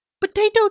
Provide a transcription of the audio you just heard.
potato